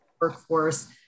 workforce